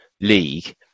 League